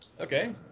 Okay